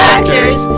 Actors